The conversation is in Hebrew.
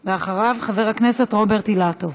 אחריו, חבר הכנסת רוברט אילטוב.